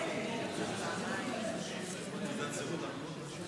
מצביע צביקה